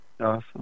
Awesome